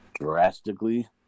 drastically